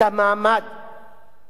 שיוכל לבטל חוקים,